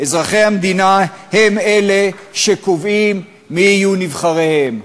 אזרחי המדינה הם אלה שקובעים בה מי יהיו נבחריהם.